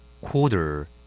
Quarter